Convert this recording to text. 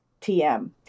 TM